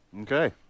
Okay